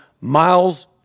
Miles